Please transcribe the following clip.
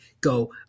go